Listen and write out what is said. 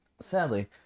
sadly